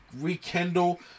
rekindle